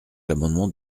l’amendement